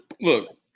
Look